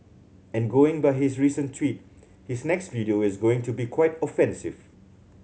and going by his recent tweet his next video is going to be quite offensive